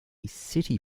city